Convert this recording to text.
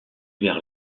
vers